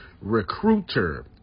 Recruiter